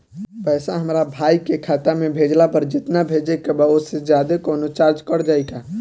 पैसा हमरा भाई के खाता मे भेजला पर जेतना भेजे के बा औसे जादे कौनोचार्ज कट जाई का?